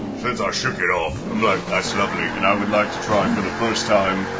since i shook it off, i'm like, that's lovely, and i would like to try, and for the first time,